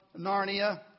Narnia